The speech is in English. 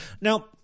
Now